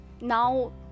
now